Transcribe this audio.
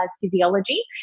Physiology